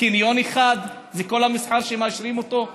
קניון אחד, זה כל המסחר שמאשרים אותו?